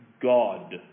God